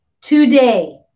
today